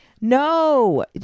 no